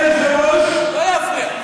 כן, אני מודה לך.